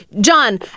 John